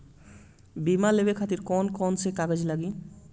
बीमा लेवे खातिर कौन कौन से कागज लगी?